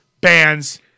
bands